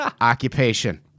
occupation